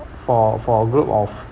for for a group of